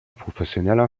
professioneller